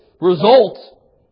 result